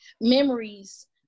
memories